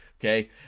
okay